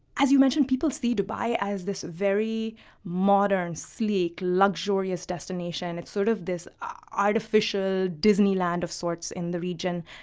as you mentioned, people see dubai as this very modern, sleek, luxurious destination. it's sort of this artificial disneyland of sorts in the region,